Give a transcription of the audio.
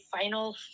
final